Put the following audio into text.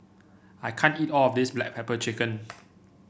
I can't eat all of this Black Pepper Chicken